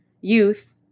youth